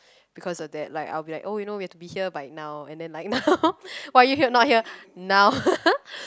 because of that like I'll be like oh you know we have to be here by now and then like now why are you here not here now